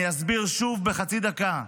אני אסביר שוב בחצי דקה.